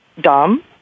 dumb